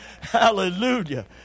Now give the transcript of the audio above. Hallelujah